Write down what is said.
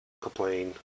complain